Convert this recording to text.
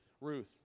Ruth